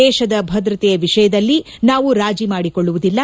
ದೇಶದ ಭದ್ರತೆಯ ವಿಷಯದಲ್ಲಿ ನಾವು ರಾಜೀ ಮಾಡಿಕೊಳ್ಳುವುದಿಲ್ಲ